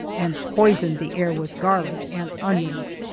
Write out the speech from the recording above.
and poisoned the air with garlic and onions.